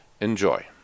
Enjoy